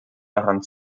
daran